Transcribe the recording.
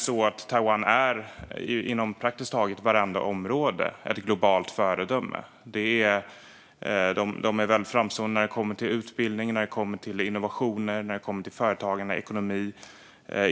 Taiwan är inom praktiskt taget alla områden ett globalt föredöme. Landet är framstående i fråga om utbildning, innovationer, företagande och ekonomi.